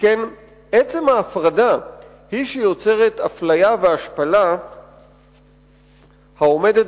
שכן ההפרדה עצמה יוצרת השפלה העומדת